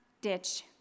ditch